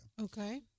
Okay